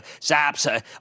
Zaps